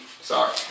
Sorry